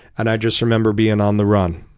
and i just remember being on the run.